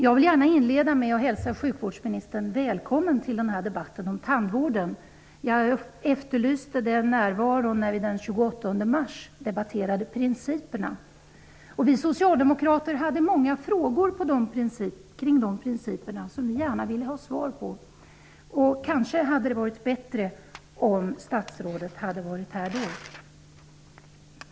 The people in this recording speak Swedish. Jag vill inleda med att hälsa sjukvårdsministern välkommen till debatten om tandvården. Jag efterlyste statsrådets närvaro när vi den 28 mars debatterade principerna. Vi socialdemokrater hade många frågor kring dessa principer som vi gärna ville ha svar på. Kanske hade det varit bättre om statsrådet hade varit här då.